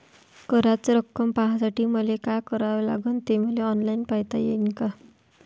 कराच रक्कम पाहासाठी मले का करावं लागन, ते मले ऑनलाईन पायता येईन का?